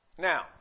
Now